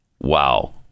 Wow